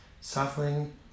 suffering